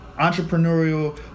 entrepreneurial